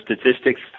statistics